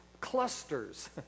clusters